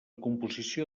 composició